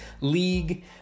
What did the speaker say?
League